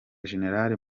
jenerali